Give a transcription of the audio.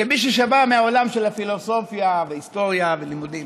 כמישהו שבא מהעולם של פילוסופיה והיסטוריה ולימודים,